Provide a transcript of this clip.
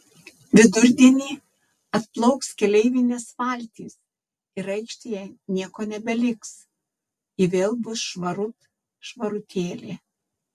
vidurdienį atplauks keleivinės valtys ir aikštėje nieko nebeliks ji vėl bus švarut švarutėlė